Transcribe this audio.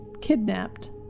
kidnapped